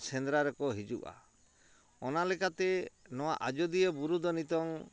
ᱥᱮᱸᱫᱽᱨᱟ ᱨᱮᱠᱚ ᱦᱤᱡᱩᱜᱼᱟ ᱚᱱᱟ ᱞᱮᱠᱟᱛᱮ ᱱᱚᱣᱟ ᱟᱡᱚᱫᱤᱭᱟᱹ ᱵᱩᱨᱩ ᱫᱚ ᱱᱤᱛᱚᱝ